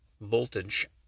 voltage